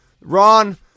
Ron